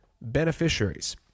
beneficiaries